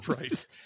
right